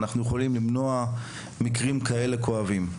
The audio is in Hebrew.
אז אנחנו יכולים למנוע מקרים כאלה כואבים.